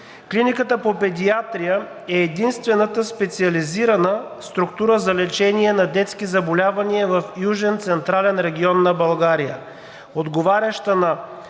Клиниката по педиатрия е единствената специализирана структура за лечение на детски заболявания в Южен централен регион на България,